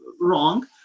wrong